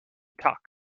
talked